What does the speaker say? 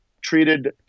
treated –